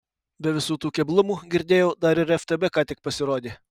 be visų tų keblumų girdėjau dar ir ftb ką tik pasirodė